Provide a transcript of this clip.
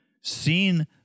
seen